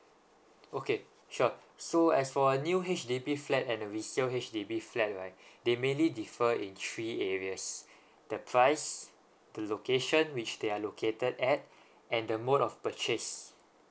okay sure so as for a new H_D_B flat and a resale H_D_B flat right they mainly differ in three areas the price the location which they are located at and the mode of purchase